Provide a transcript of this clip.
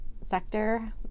sector